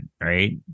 right